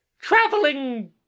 traveling